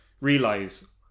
realize